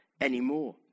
anymore